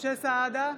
משה סעדה,